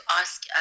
ask